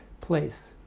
place